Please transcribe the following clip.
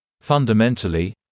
Fundamentally